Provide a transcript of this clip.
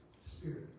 spirit